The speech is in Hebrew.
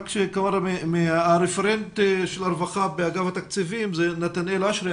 רק שהרפרנט של הרווחה באגף התקציבים הוא נתנאל אשרי,